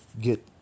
get